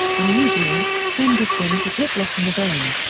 unusually, henderson was hitless in the game.